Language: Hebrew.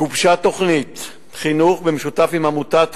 גובשה תוכנית חינוך במשותף עם עמותת "חושן"